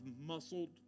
muscled